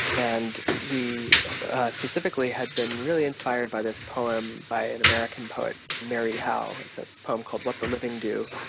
and we specifically had been really inspired by this poem by an american poet, marie howe, it's a poem called what the living do